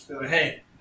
hey